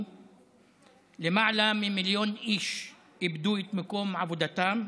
למעלה ממיליון איש איבדו את מקום עבודתם,